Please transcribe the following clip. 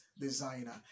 designer